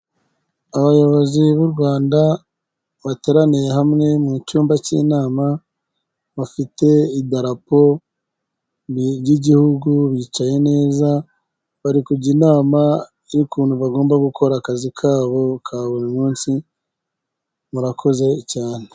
Abayobozi b'u Rwanda bateraniye hamwe mu cyumba cy'inama, bafite idarapo ry'igihugu, bicaye neza bari kujya inama y'ukuntu bagomba gukora akazi kabo ka buri munsi, murakoze cyane.